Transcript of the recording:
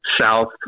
South